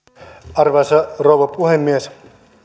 arvoisa rouva puhemies